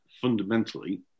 fundamentally